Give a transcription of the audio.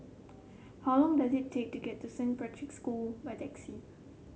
how long does it take to get to Saint Patrick's School by taxi